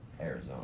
Arizona